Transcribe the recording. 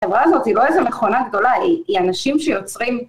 החברה הזאת היא לא איזו מכונה גדולה, היא אנשים שיוצרים.